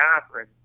Catherine